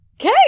Okay